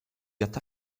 got